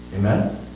Amen